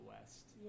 West